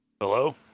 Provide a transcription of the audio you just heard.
Hello